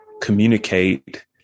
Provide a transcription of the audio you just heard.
communicate